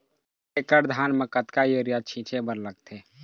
एक एकड़ धान म कतका यूरिया छींचे बर लगथे?